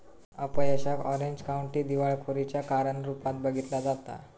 अपयशाक Orange County दिवाळखोरीच्या कारण रूपात बघितला जाता